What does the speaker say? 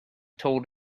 told